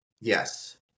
Yes